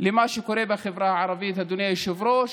למה שקורה בחברה הערבית, אדוני היושב-ראש.